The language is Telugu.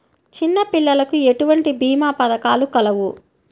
చిన్నపిల్లలకు ఎటువంటి భీమా పథకాలు కలవు?